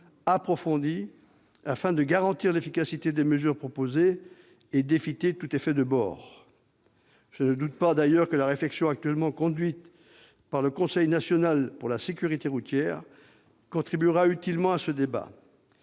approfondie, afin de garantir l'efficacité des mesures proposées et d'éviter tout effet de bord. Je ne doute pas, d'ailleurs, que la réflexion actuellement menée par le Conseil national pour la sécurité routière contribuera utilement à ce débat.